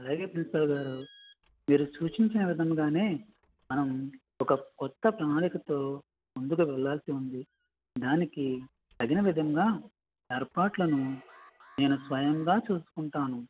అలాగే ప్రిన్సిపాల్ గారు మీరు సూచించిన విధముగానే మనం ఒక కొత్త ప్రణాళికతో ముందుకు వెళ్ళాల్సి ఉంది దానికి తగిన విధముగా ఏర్పాట్లను నేను స్వయంగా చూసుకుంటాను